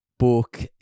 Book